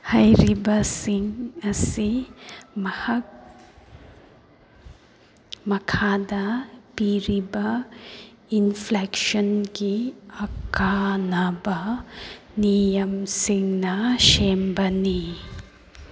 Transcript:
ꯍꯥꯏꯔꯤꯕꯁꯤꯡ ꯑꯁꯤ ꯃꯈꯥꯗ ꯄꯤꯔꯤꯕ ꯏꯟꯐ꯭ꯂꯦꯛꯁꯟꯒꯤ ꯑꯀꯥꯅꯕ ꯅꯤꯌꯝꯁꯤꯡꯅ ꯁꯦꯝꯕꯅꯤ